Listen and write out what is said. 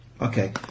Okay